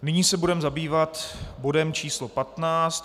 Nyní se budeme zabývat bodem číslo 15.